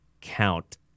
count